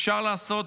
אפשר לעשות